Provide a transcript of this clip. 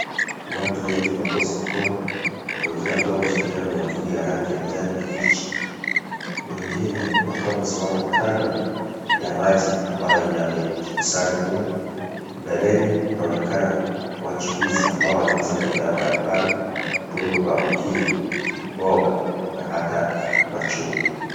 Watu wengi wako sokoni , wengine wakiwa wameshikilia miavuli ya rangi ya kijani kibichi , wengine wakiwa wamesimama kando ya maji ambayo yamejikusanya humu , mbeleni kunaonekana wachuuzi ambao wanauza bidhaa mbalimbali ikiwemo pampkini [ cs] , mboga na hata machungwa.